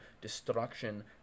destruction